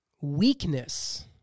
weakness